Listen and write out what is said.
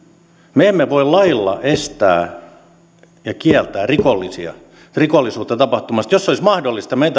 me emme voi lailla estää ja kieltää rikollisia rikollisuutta tapahtumasta jos se olisi mahdollista me